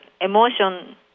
emotion